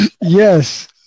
yes